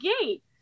gate